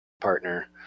partner